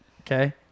Okay